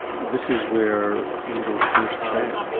this is where angels fear to tread.